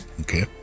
Okay